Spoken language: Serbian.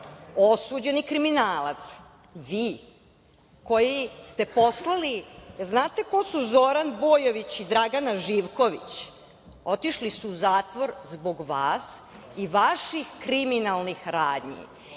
osuđeni kriminalac, vi koji ste poslali… Jel znate ko su Zoran Bojović i Dragana Živković? Otišli su u zatvor zbog vas i vaših kriminalnih radnji.